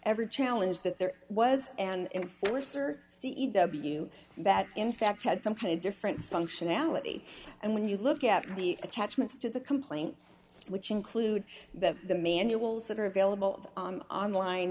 every challenge that there was an enforcer e w that in fact had some kind of different functionality and when you look at the attachments to the complaint which include that the manuals that are available on line